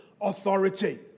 authority